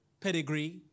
pedigree